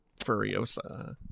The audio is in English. Furiosa